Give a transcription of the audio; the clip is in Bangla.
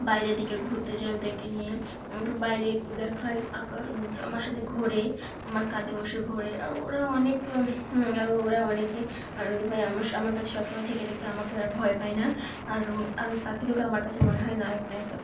বাইরের দিকে ঘুরতে যাই ওদেরকে নিয়ে বাইরে একটু দেখাই আঁকার আমার সাথে ঘোরে আমার কাঁধে বসে ঘোরে আর ওরা অনেক আর ওরা অনেকেই আনন্দ পায় আ আমার আমার কাছে সব সময় থেকে থেকে আমাকে আর ভয় পায় না আর আর পাখি দুটো আমার কাছে মনে হয় নায়ক নায়িকা